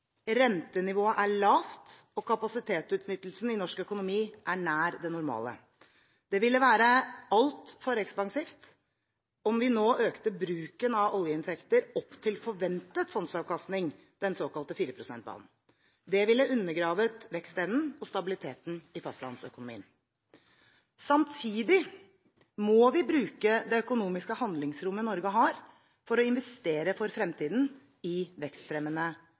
rentenivået er lavt, og kapasitetsutnyttelsen i norsk økonomi er nær det normale. Det ville vært altfor ekspansivt om vi nå økte bruken av oljeinntekter opp til forventet fondsavkastning – den såkalte 4 pst.-banen. Det ville undergravd vekstevnen og stabiliteten i fastlandsøkonomien. Samtidig må vi bruke det økonomiske handlingsrommet Norge har for å investere for fremtiden – i vekstfremmende